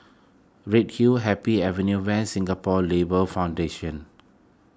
Redhill Happy Avenue West Singapore Labour Foundation